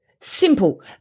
Simple